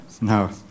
No